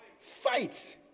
Fight